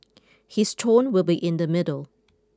his tone will be in the middle